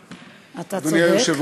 אז גם לי, אתה צודק.